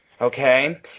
Okay